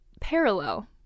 parallel